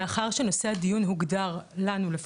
מאחר שנושא הדיון הוגדר לנו לפחות,